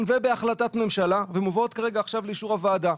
ובהחלטת ממשלה ומובאות עכשיו לאישור הוועדה.